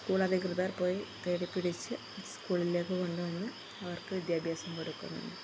സ്കൂളധികൃതർ പോയി തേടിപ്പിടിച്ച് സ്കൂളിലേക്കു കൊണ്ടുവന്ന് അവർക്കു വിദ്യാഭ്യാസം കൊടുക്കുന്നു